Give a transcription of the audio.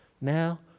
now